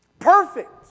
perfect